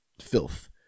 filth